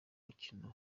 mukino